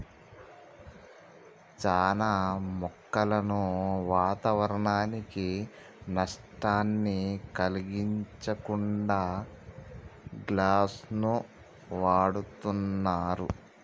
చానా మొక్కలను వాతావరనానికి నష్టాన్ని కలిగించకుండా గ్లాస్ను వాడుతున్నరు